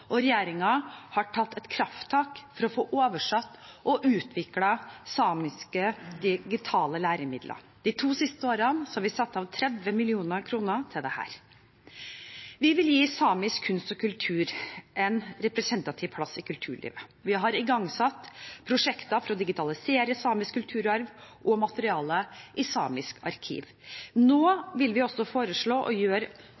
og regjeringen har tatt et krafttak for å få oversatt og utviklet samiske digitale læremidler. De to siste årene har vi satt av 30 mill. kr til dette. Vi vil gi samisk kunst og kultur en representativ plass i kulturlivet. Vi har igangsatt prosjekter for å digitalisere samisk kulturarv og -materiale i Samisk arkiv.